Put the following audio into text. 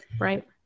Right